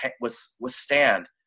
withstand